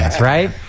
right